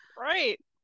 Right